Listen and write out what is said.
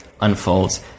unfolds